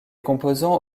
composants